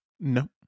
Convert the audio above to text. No